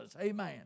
Amen